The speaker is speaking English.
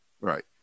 Right